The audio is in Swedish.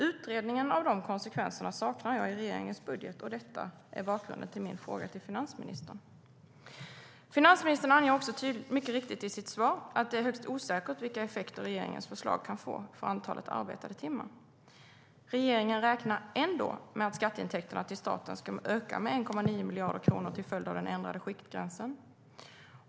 Utredningen av de konsekvenserna saknar jag i regeringens budget. Detta är bakgrunden till min fråga till finansministern. Finansministern anger också mycket riktigt i sitt svar att det är högst osäkert vilka effekter regeringens förslag kan få för antalet arbetade timmar. Regeringen räknar ändå med att skatteintäkterna till staten ska öka med 1,9 miljarder kronor till följd av den ändrade skiktgränsen.